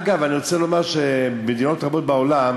אגב, אני רוצה לומר שבמדינות רבות בעולם